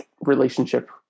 relationship